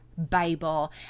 Bible